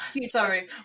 sorry